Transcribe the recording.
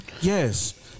yes